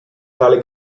tale